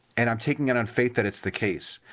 and i'm taking it on faith that it's the case.